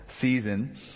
season